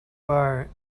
bar